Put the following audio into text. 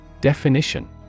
Definition